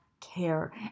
care